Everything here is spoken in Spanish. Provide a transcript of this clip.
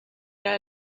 era